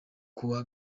kuwa